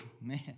man